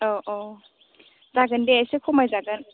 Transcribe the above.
औ औ जागोन दे एसे खमायजागोन